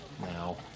now